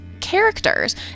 characters